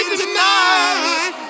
tonight